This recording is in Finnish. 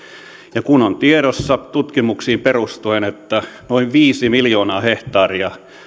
ja kun on tiedossa tutkimuksiin perustuen että noin viisi miljoonaa hehtaaria